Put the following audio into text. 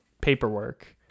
paperwork